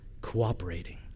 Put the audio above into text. cooperating